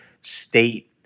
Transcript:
state